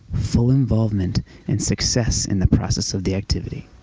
full involvement and success in the process of the activity.